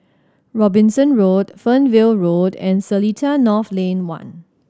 Robinson Road Fernvale Road and Seletar North Lane One